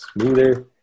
smoother